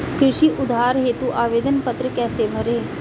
कृषि उधार हेतु आवेदन पत्र कैसे भरें?